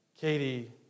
Katie